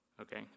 Okay